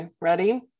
ready